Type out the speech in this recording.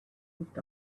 moved